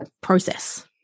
process